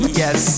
yes